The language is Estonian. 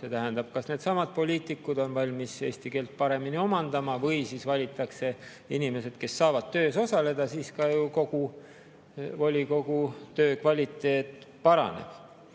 kui needsamad inimesed on valmis eesti keelt paremini omandama või siis valitakse inimesed, kes saavad töös osaleda, siis ka kogu volikogu töö kvaliteet paraneb.